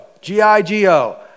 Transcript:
g-i-g-o